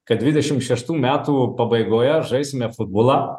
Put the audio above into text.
kad dvidešimt šeštų metų pabaigoje žaisime futbolą